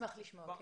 נשמח לשמוע.